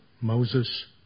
Moses